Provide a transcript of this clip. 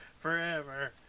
forever